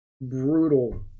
brutal